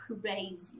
crazy